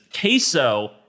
queso